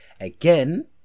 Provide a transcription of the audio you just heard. Again